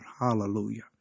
Hallelujah